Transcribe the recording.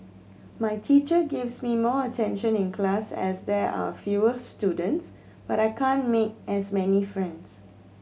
my teacher gives me more attention in class as there are fewer students but I can't make as many friends